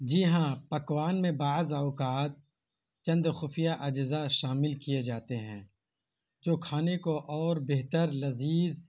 جی ہاں پکوان میں بعض اوقات چند خفیہ اجزاء شامل کیے جاتے ہیں جو کھانے کو اور بہتر لذیذ